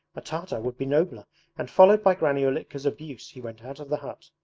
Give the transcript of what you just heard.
a tartar would be nobler and followed by granny ulitka's abuse he went out of the hut.